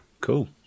cool